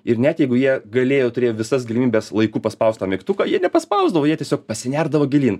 ir net jeigu jie galėjo turėjo visas galimybes laiku paspaust tą mygtuką jie nepaspausdavo jie tiesiog pasinerdavo gilyn